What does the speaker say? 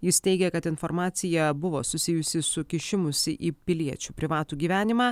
jis teigia kad informacija buvo susijusi su kišimusi į piliečių privatų gyvenimą